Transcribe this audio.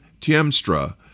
Tiemstra